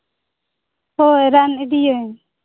ᱦᱳᱭ ᱨᱟᱱ ᱤᱫᱤᱭᱟᱹᱧ